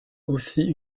aussi